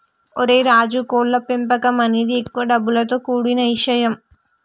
ఓరై రాజు కోళ్ల పెంపకం అనేది ఎక్కువ డబ్బులతో కూడిన ఇషయం